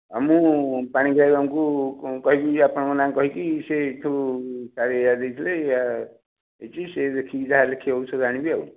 ଆଉ ମୁଁ ପାଣିଗ୍ରାହୀ ବାବୁଙ୍କୁ କହିବିକି ଆପଣଙ୍କ ନାଁ କହିକି ସେଠୁ ସାର୍ ଏଇଆ ଦେଇଥିଲେ ଏଇଆ ହେଇଛି ସେ ଦେଖିକି ଯାହା ଲେଖିବେ ଔଷଧ ଆଣିବି ଆଉ